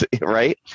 Right